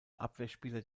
abwehrspieler